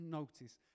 notice